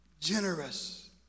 generous